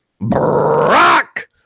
Brock